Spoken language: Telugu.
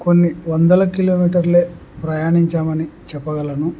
కొన్ని వందల కిలోమీటర్లే ప్రయాణించామని చెప్పగలను